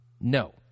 No